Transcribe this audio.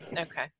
Okay